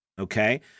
Okay